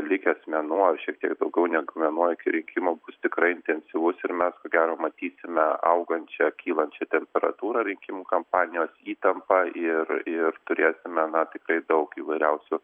likęs mėnuo šiek tiek daugiau negu mėnuo iki rinkimų bus tikrai intensyvus ir mes ko gero matysime augančią kylančią temperatūrą rinkimų kampanijos įtampą ir ir turėsime na tiktai daug įvairiausių